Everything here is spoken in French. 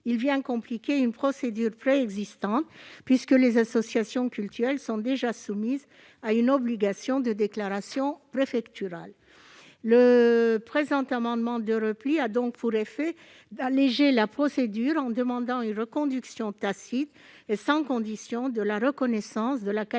et vient compliquer une procédure préexistante, puisque les associations culturelles sont déjà soumises à une obligation de déclaration préfectorale. Le présent amendement de repli a donc pour effet d'alléger la procédure, en demandant une reconduction tacite et sans condition de la reconnaissance de la qualité